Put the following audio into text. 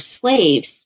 slaves